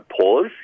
pause